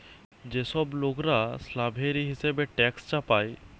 যে সব লোকরা স্ল্যাভেরি হিসেবে ট্যাক্স চাপায়